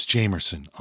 Jamerson